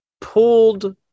pulled